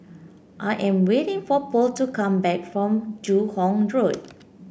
I am waiting for Pearl to come back from Joo Hong Road